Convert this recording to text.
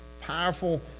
powerful